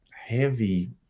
Heavy